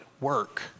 work